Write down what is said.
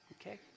Okay